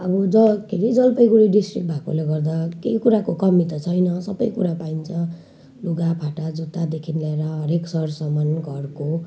अब ज के अरे जलपाइगुडी डिक्ट्रिक्ट भएकोले गर्दा केही कुराको कमी त छैन सबै कुरा पाइन्छ लुगाफाटा जुत्तादेखि लिएर हरेक सरसामान घरको